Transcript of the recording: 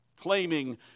claiming